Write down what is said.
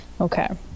Okay